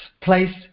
place